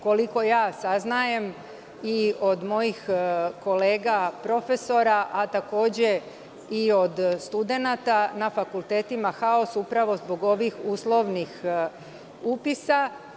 Koliko saznajem od mojih kolega profesora, a takođe i od studenata, na fakultetima je haos upravo zbog ovih uslovnih upisa.